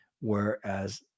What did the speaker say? whereas